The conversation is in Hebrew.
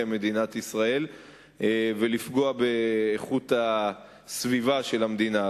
מדינת ישראל ולפגוע באיכות הסביבה של המדינה.